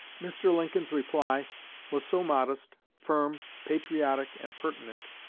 mr. lincoln's reply was so modest, firm, patriotic, and pertinent,